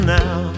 now